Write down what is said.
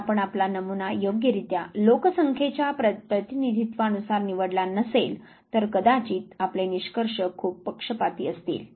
जर आपण आपला नमुना योग्य रित्या लोकसंख्येच्या प्रतिनिधीत्वानुसार निवडला नसेल तर कदाचित आपले निष्कर्ष खूप पक्षपाती असतील